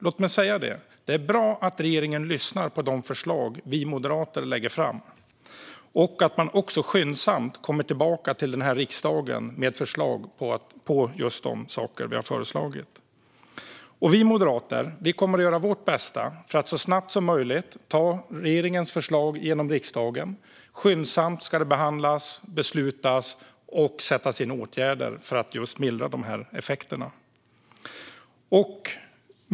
Låt mig säga att det är bra att regeringen lyssnar på de förslag vi moderater lägger fram och att man skyndsamt kommer tillbaka till riksdagen med förslag om just de saker vi har föreslagit. Vi moderater kommer att göra vårt bästa för att så snabbt som möjligt ta regeringens förslag igenom riksdagen. De ska skyndsamt behandlas och beslutas, och det ska sättas in åtgärder för att mildra de här effekterna.